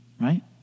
right